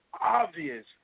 obvious